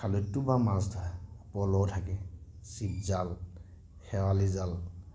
খালৈতো বাৰু মাছ ধৰে পল' থাকে চিপজাল শেৱালি জাল